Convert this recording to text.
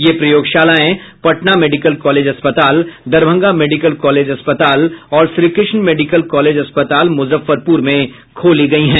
यह प्रयोगशालाएं Patna medical college अस्पताल दरभंगा मेडिकल कॉलेज अस्पताल और श्रीकृष्ण मेडिकल कॉलेज अस्पताल मुजफ्फरपुर में खोली गई हैं